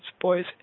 boys